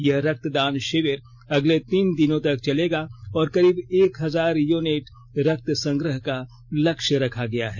यह रक्तदान शिविर अगले तीन दिनों तक चलेगा और करीब एक हजार यूनिट रक्त संग्रह का लक्ष्य रखा गया है